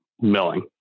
milling